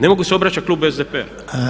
Ne mogu se obraćati Klubu SDP-a.